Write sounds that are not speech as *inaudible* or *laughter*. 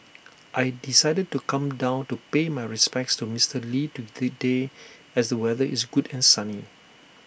I decided to come down to pay my respects to Mister lee to *unintelligible* day as the weather is good and sunny